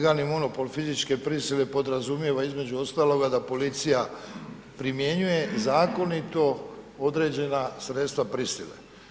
Jedan je monopol fizičke prisile podrazumijeva između ostaloga da policija primjenjuje zakonito određena sredstva prisile.